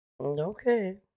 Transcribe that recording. okay